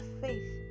faith